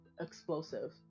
explosive